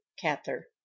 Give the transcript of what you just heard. cather